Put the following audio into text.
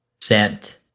Sent